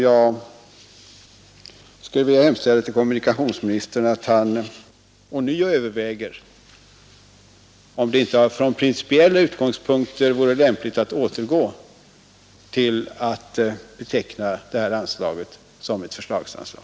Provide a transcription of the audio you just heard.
Jag hemställer således till kommunikationsministern att han ånyo överväger om det inte från principiella utgångspunkter vore lämpligt att återgå till att beteckna det anslag det här gäller som ett förslagsanslag.